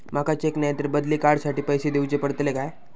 माका चेक नाय तर बदली कार्ड साठी पैसे दीवचे पडतले काय?